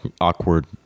awkward